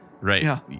Right